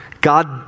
God